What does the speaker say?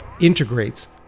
integrates